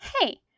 hey